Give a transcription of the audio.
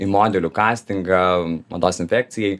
modelių kastingą mados infekcijai